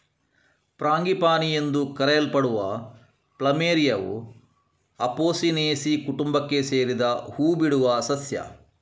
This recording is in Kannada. ಫ್ರಾಂಗಿಪಾನಿ ಎಂದು ಕರೆಯಲ್ಪಡುವ ಪ್ಲುಮೆರಿಯಾವು ಅಪೊಸಿನೇಸಿ ಕುಟುಂಬಕ್ಕೆ ಸೇರಿದ ಹೂ ಬಿಡುವ ಸಸ್ಯ